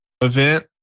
event